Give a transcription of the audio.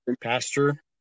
pastor